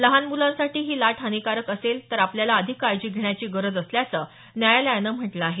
लहान मुलांसाठी ही लाट हानिकारक असेल तर आपल्याला अधिक काळजी घेण्याची गरज असल्याचं न्यायालयानं म्हटलं आहे